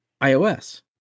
iOS